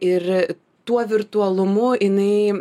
ir tuo virtualumu jinai